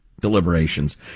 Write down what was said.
deliberations